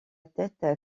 tête